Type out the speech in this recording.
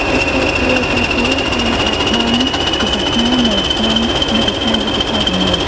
ហាស់ថេកជួយការពារការបាត់បង់ភាសាខ្មែរនៅក្នុងមជ្ឍដ្ឋានឌីជីថលទំនើប។